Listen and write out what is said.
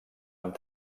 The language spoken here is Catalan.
amb